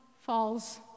falls